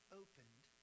opened